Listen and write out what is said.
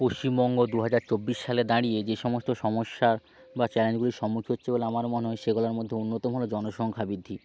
পশ্চিমবঙ্গ দু হাজার চব্বিশ সালে দাঁড়িয়ে যে সমস্ত সমস্যার বা চ্যালেঞ্জগুলির সম্মুখীন হচ্ছে বলে আমার মনে হয় সেগুলোর মধ্যে অন্যতম হলো জনসংখ্যা বৃদ্ধি